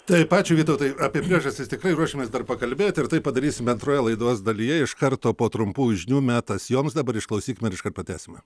taip ačiū vytautai apie priežastis tikrai ruošiamės dar pakalbėti ir tai padarysime antroje laidos dalyje iš karto po trumpų žinių metas joms dabar išklausykime ir iškart pratęsime